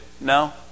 no